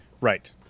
Right